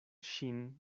ŝin